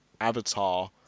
Avatar